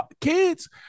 kids